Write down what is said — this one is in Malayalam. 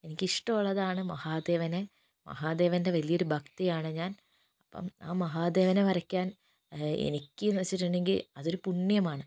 എനിക്കിഷ്ട്ടമുള്ളതാണ് മഹാദേവനെ മഹാദേവന്റെ വലിയൊരു ഭക്തയാണ് ഞാൻ അപ്പം ആ മഹാദേവനെ വരക്കാൻ എനിക്ക് എന്ന് വച്ചിട്ടുണ്ടെങ്കിൽ പുണ്യമാണ്